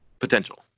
potential